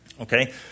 Okay